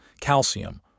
calcium